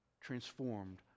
transformed